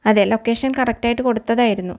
അതെ ലൊക്കേഷൻ കറക്റ്റായിട്ട് കൊടുത്തതായിരുന്നു